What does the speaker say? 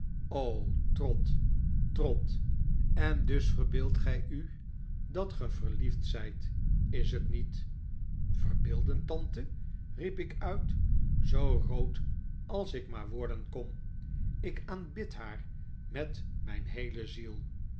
trot trot en dus verbeeldt gij u r dat ge verliefd zijt is t niet verbeelden tante riep ik uit zoo rood als ik maar worden kon ik aanbid haar met mijn heele ziel